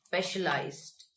Specialized